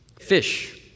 fish